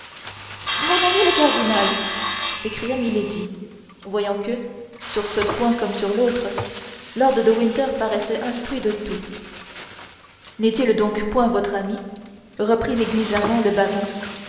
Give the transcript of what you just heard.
mon ami le cardinal s'écria milady voyant que sur ce point comme sur l'autre lord de winter paraissait instruit de tout n'est-il donc point votre ami reprit négligemment le baron